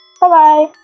Bye-bye